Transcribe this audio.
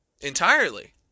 Entirely